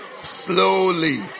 slowly